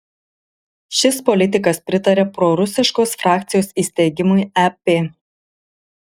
šis politikas pritaria prorusiškos frakcijos įsteigimui ep